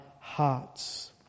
hearts